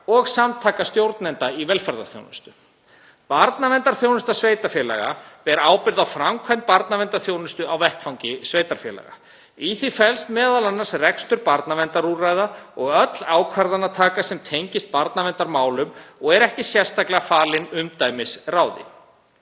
og Samtaka stjórnenda í velferðarþjónustu. Barnaverndarþjónusta sveitarfélaga ber ábyrgð á framkvæmd barnaverndarþjónustu á vettvangi sveitarfélaga. Í því felst m.a. rekstur barnaverndarúrræða og öll ákvarðanataka sem tengist barnaverndarmálum og er ekki sérstaklega falin umdæmisráðum.